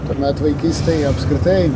tuomet vaikystėj apskritai